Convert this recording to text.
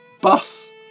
bus